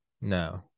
No